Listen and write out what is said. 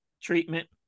treatment